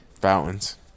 Fountains